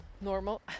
normal